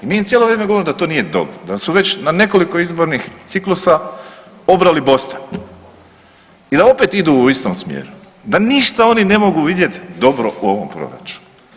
Mi cijelo vrijeme govorimo da to nije dobro, da su već na nekoliko izbornih ciklusa obrali bostan i da opet idu u istom smjeru, da ništa oni ne mogu vidjeti dobro u ovom proračunu.